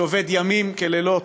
שעובד ימים כלילות,